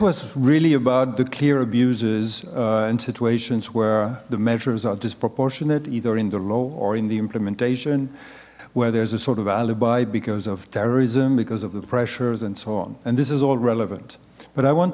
was really about the clear abuses in situations where the measures are disproportionate either in the law or in the implementation where there's a sort of an alibi because of terrorism because of the pressures and so on and this is all relevant but i want